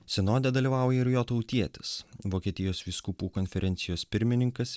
sinode dalyvauja ir jo tautietis vokietijos vyskupų konferencijos pirmininkas